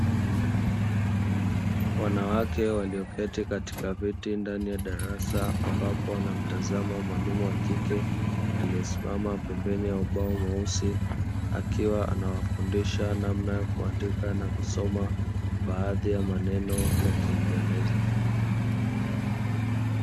Wanawake walioketi katika viti ndani ya darasa ambapo wanamtazama mwalimu wa kike aliyesimama pembeni ya ubao mweusi, akiwa anawafundisha namna ya kuandika na kusoma baadhi ya maneno ya kiingereza.